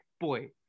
boy